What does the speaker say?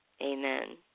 Amen